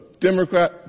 Democrat